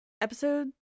episode